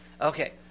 Okay